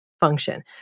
function